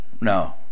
no